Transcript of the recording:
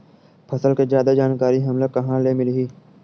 फसल के जादा जानकारी हमला कहां ले मिलही?